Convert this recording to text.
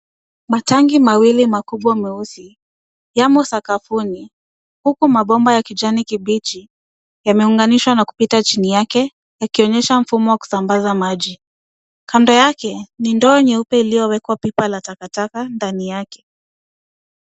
Matangi mawili makubwa meusi yamo sakafuni huku mabomba ya kijani kibichi yameunganishwa na kupita chini yake yakionyesha mfumo wa kusambaza maji, kando yake ni ndoo nyeupe iliyowekwa pipa la takataka ndani yake.